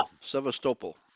Sevastopol